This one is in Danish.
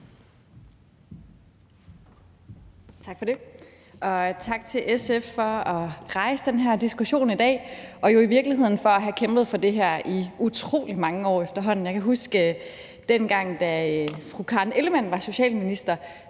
Tak for det, og tak til SF for at rejse den her diskussion i dag og for i virkeligheden at have kæmpet for det her i utrolig mange år efterhånden. Jeg kan huske, at dengang fru Karen Ellemann var socialminister,